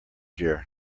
year